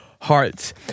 hearts